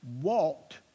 walked